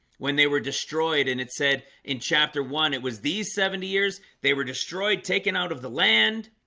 when they were destroyed and it said in chapter one it was these seventy years. they were destroyed taken out of the land